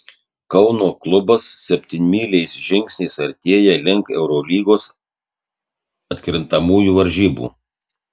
kauno klubas septynmyliais žingsniais artėja link eurolygos atkrintamųjų varžybų